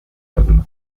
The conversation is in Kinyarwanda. agukunda